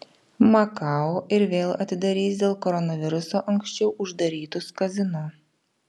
makao ir vėl atidarys dėl koronaviruso anksčiau uždarytus kazino